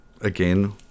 again